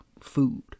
Food